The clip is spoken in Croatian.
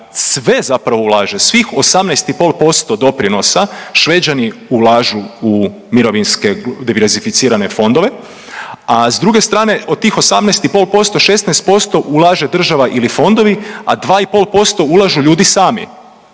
sve zapravo ulaže svih 18,5% doprinosa Šveđani ulažu u mirovinske diversificirane fondove, a s druge strane od tih 18,5% 16% ulaže država ili fondovi, a 2,5% ulažu ljudi sami.